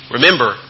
Remember